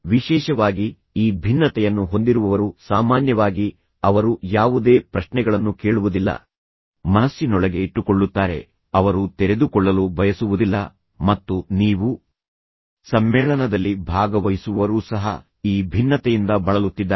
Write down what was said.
ವಿಶೇಷವಾಗಿ ಈ ಭಿನ್ನತೆಯನ್ನು ಹೊಂದಿರುವವರು ಸಾಮಾನ್ಯವಾಗಿ ಅವರು ಯಾವುದೇ ಪ್ರಶ್ನೆಗಳನ್ನು ಕೇಳುವುದಿಲ್ಲ ಮನಸ್ಸಿನೊಳಗೆ ಇಟ್ಟುಕೊಳ್ಳುತ್ತಾರೆ ಅವರು ತೆರೆದುಕೊಳ್ಳಲು ಬಯಸುವುದಿಲ್ಲ ಮತ್ತು ನೀವು ಸಮ್ಮೇಳನದಲ್ಲಿ ಭಾಗವಹಿಸುವವರೂ ಸಹ ಈ ಭಿನ್ನತೆಯಿಂದ ಬಳಲುತ್ತಿದ್ದಾರೆ